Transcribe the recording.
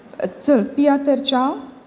चल पिया तर च्या